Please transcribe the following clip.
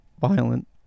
violent